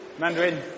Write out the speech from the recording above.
Mandarin